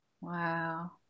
Wow